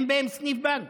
אין בהם סניף בנק,